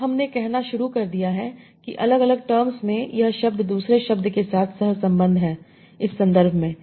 अब हमने कहना शुरू कर दिया है कि अलग अलग टर्म्स में यह शब्द दूसरे शब्द के साथ सह संबंध है इस संदर्भ में